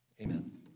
Amen